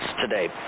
today